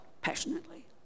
Passionately